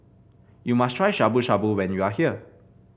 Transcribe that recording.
you must try Shabu Shabu when you are here